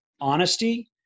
honesty